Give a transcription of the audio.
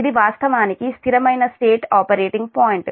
ఇది వాస్తవానికి స్థిరమైన స్టేట్ ఆపరేటింగ్ పాయింట్